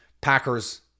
Packers